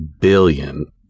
billion